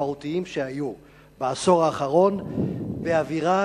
המשמעותיים שהיו בעשור האחרון באווירה,